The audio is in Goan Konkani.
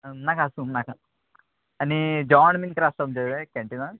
नाका आसूं नाका आनी जेवण बीन त्रास आसता तुमचे कडेन कँटिनान